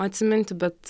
atsiminti bet